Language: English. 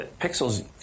pixels